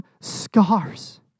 scars